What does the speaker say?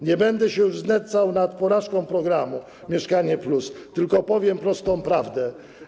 Nie będę się już znęcał nad porażką programu „Mieszkanie+”, tylko powiem prostą prawdę.